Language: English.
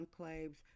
enclaves